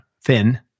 thin